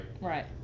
Right